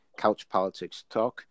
couchpoliticstalk